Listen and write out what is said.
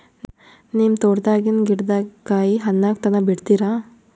ನಿಮ್ಮ ತೋಟದಾಗಿನ್ ಗಿಡದಾಗ ಕಾಯಿ ಹಣ್ಣಾಗ ತನಾ ಬಿಡತೀರ?